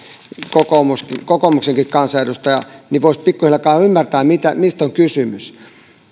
kokoomuksenkin kansanedustaja niin että voisi pikkuhiljaa alkaa ymmärtää mistä on kysymys